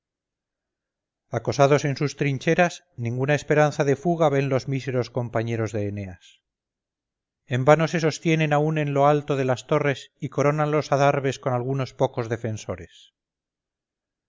acosados en sus trincheras ninguna esperanza de fuga ven los míseros compañeros de eneas en vano se sostienen aun en lo alto de las torres y coronan los adarves con algunos pocos defensores